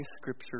Scripture